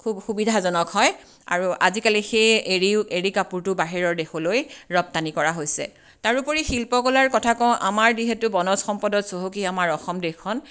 খুব সুবিধাজনক হয় আৰু আজিকালি সেই এৰীও এৰী কাপোৰটো বাহিৰৰ দেশলৈ ৰপ্তানি কৰা হৈছে তাৰোপৰি শিল্পকলাৰ কথা কওঁ আমাৰ যিহেতু বনজ সম্পদত চহকী আমাৰ অসম দেশখন